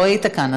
לא היית כאן,